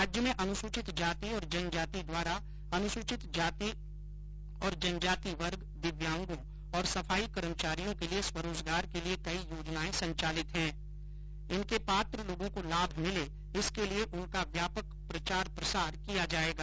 राज्य में अनुसूचित जाति और जनजाति निगम द्वारा अनुसूचति जाति और जनजाति वर्ग दिव्यागों तथा सफाई कर्मचारियों के लिए स्वरोजगार के लिए कई योजनायें संचालित हैं इनका का पात्र लोगों को लाभ मिले इसके लिए उनका व्यापक प्रचार प्रसार किया जायेगा